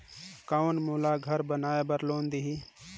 कौन मोला घर बनाय बार लोन देही?